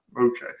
okay